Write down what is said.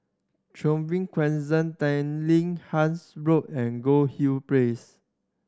Trevose Crescent Tanglin Halts Road and Goldhill Place